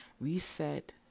Reset